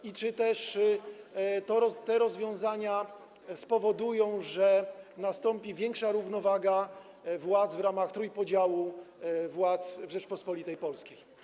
I też czy te rozwiązania spowodują, że będzie większa równowaga władz w ramach trójpodziału władz w Rzeczypospolitej Polskiej?